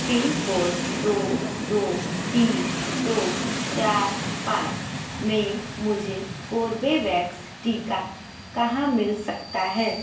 pin code दो दो तीन दो चार पाँच में मुझे कोर्बेवैक्स टीका कहाँ मिल सकता है